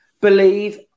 believe